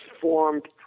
formed